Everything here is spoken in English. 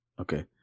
Okay